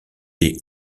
des